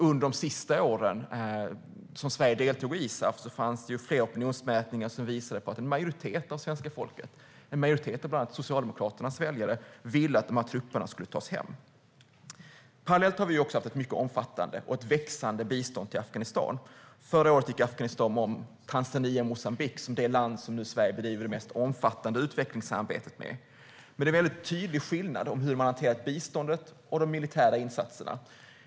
Under de sista åren som Sverige deltog i ISAF fanns det flera opinionsmätningar som visade på att en majoritet av svenska folket, bland annat en majoritet av Socialdemokraternas väljare, ville att trupperna skulle tas hem. Parallellt har vi haft ett mycket omfattande och växande bistånd till Afghanistan. Förra året gick Afghanistan om Tanzania och Moçambique som det land som Sverige bedriver det mest omfattande utvecklingssamarbetet med. Men det är tydlig skillnad i fråga om hur man har hanterat biståndet och de militära insatserna.